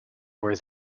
were